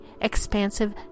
expansive